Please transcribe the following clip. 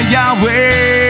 Yahweh